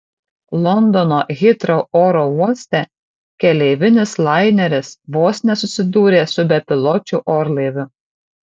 londono hitrou oro uoste keleivinis laineris vos nesusidūrė su bepiločiu orlaiviu